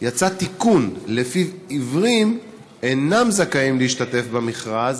יצא תיקון שלפיו עיוורים אינם זכאים להשתתף במכרז,